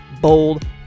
bold